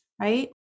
right